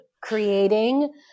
creating